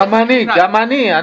גם אני.